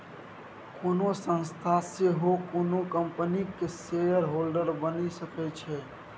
कोनो संस्था सेहो कोनो कंपनीक शेयरहोल्डर बनि सकै छै